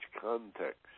context